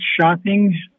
shopping